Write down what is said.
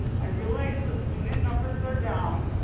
i realize the student numbers are down,